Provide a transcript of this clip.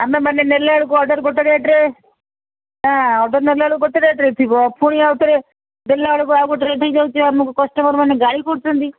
ଆମେମାନେ ନେଲାବେଳକୁ ଅର୍ଡର୍ ଗୋଟେ ରେଟ୍ରେ ହଁ ଅର୍ଡର୍ ନେଲାବେଳକୁ ଗୋଟେ ରେଟ୍ରେ ଥିବ ପୁଣି ଆଉ ଥରେ ଦେଲାବେଳକୁ ଆଉ ଗୋଟେ ରେଟ୍ ହୋଇଯାଉଛି ଆମକୁ କଷ୍ଟମର୍ମାନେ ଗାଳି କରୁଛନ୍ତି